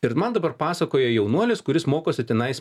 ir man dabar pasakoja jaunuolis kuris mokosi tenais